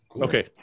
Okay